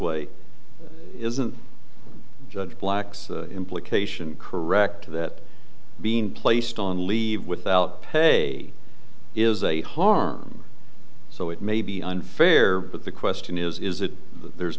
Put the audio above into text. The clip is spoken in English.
way isn't judge black's implication correct that being placed on leave without pay is a harm so it may be unfair but the question is is that there's